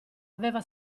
aveva